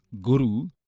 Guru